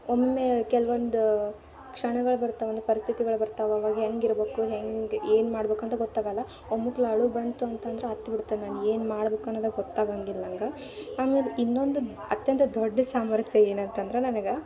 ಒಮ್ಮೆ ಕೆಲ್ವೊಂದು ಕ್ಷಣಗಳು ಬರ್ತಾವೆ ಅಂದರೆ ಪರಿಸ್ಥಿತಿಗಳು ಬರ್ತಾವೆ ಅವಾಗ ಹೆಂಗೆ ಇರ್ಬೇಕು ಹೆಂಗೆ ಏನು ಮಾಡ್ಬೇಕು ಅಂತ ಗೊತ್ತಾಗಲ್ಲ ಒಮ್ಮುಕ್ಲೆ ಅಳು ಬಂತು ಅಂತಂದ್ರೆ ಅತ್ತು ಬಿಡ್ತೇನೆ ನಾನು ಏನು ಮಾಡಬೇಕು ಅನ್ನುದೇ ಗೊತ್ತಾಗಂಗಿಲ್ಲ ನಂಗೆ ಆಮೇಲೆ ಇನ್ನೊಂದು ಅತ್ಯಂತ ದೊಡ್ಡ ಸಾಮರ್ಥ್ಯ ಏನಂತಂದ್ರೆ ನನಗೆ